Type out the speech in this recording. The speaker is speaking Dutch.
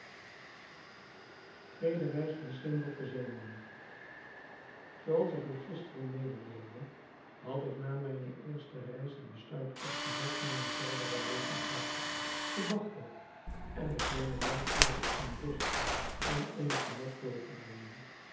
tweede reis van sindbad den zeeman zoo als ik u gisteren mededeelde had ik na mijne eerste reis het besluit opgevat mijne verdere levensdagen te bagdad en op mijne landgoederen in rust en in genot door te brengen